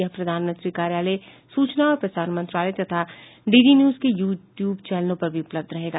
यह प्रधानमंत्री कार्यालय सूचना और प्रसारण मंत्रालय तथा डीडी न्यूज के यू ट्यूब चैनलों पर भी उपलब्ध रहेगा